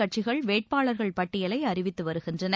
கட்சிகள் வேட்பாளர்கள் பட்டியலைஅறவித்துவருகின்றன